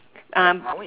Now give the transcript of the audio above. um